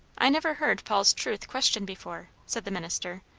i never heard paul's truth questioned before, said the minister,